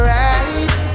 right